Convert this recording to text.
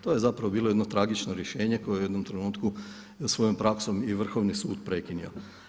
To je zapravo bilo jedno tragično rješenje koje je u jednom trenutku svojom praksom i Vrhovni sud prekinuo.